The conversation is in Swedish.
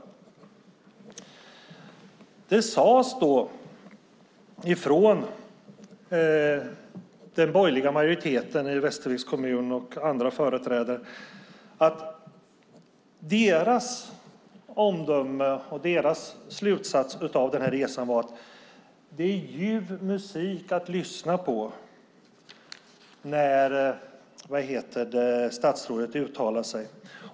Det sades från den borgerliga majoriteten i Västerviks kommun och andra företrädare att deras omdöme och deras slutsats av resan var att det är ljuv musik att lyssna på när statsrådet uttalar sig.